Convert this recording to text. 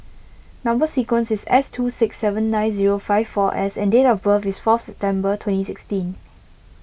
Number Sequence is S two six seven nine zero five four S and date of birth is fourth September twenty sixteen